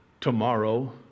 tomorrow